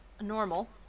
normal